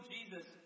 Jesus